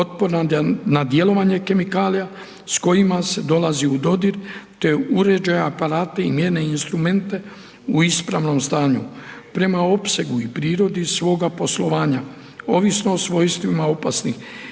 otporna na djelovanje kemikalija s kojima se dolazi u dodir, te uređaje, aparate i mjerne instrumente u ispravnom stanju. Prema opsegu i prirodi svoga poslovanja ovisno o svojstvima opasnih